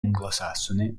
anglosassone